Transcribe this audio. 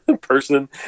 person